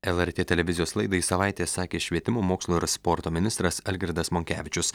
lrt televizijos laidai savaitė sakė švietimo mokslo ir sporto ministras algirdas monkevičius